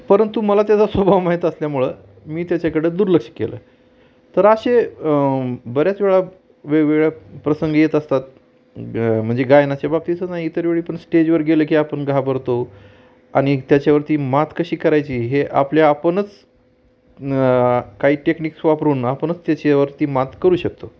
परंतु मला त्याचा स्वभाव माहीत असल्यामुळं मी त्याच्याकडं दुर्लक्ष केलं तर असे बऱ्याच वेळा वेगवेगळ्या प्रसंग येत असतात म्हणजे गायनाचे बाबतीत ना इतरवेळीपण स्टेजवर गेलं की आपण घाबरतो आणि त्याच्यावरती मात कशी करायची हे आपल्या आपणच काही टेक्निक्स वापरून आपणच त्याच्यावरती मात करू शकतो